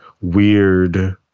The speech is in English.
weird